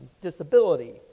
disability